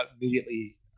immediately